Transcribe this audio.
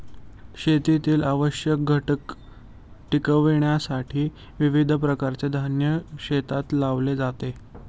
शेतीतील आवश्यक घटक टिकविण्यासाठी विविध प्रकारचे धान्य शेतात लावले जाते